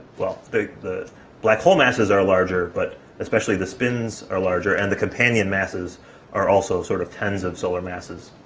well, big, er black hole masses are larger, but especially the spins are larger and the companion masses are also sort of tens of solar masses.